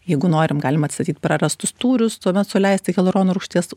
jeigu norim galim atstatyt prarastus tūrius tuomet suleisti hialurono rūgšties